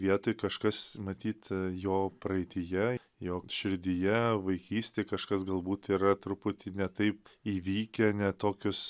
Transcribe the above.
vietoj kažkas matyt jo praeityje jo širdyje vaikystė kažkas galbūt yra truputį ne taip įvykę ne tokius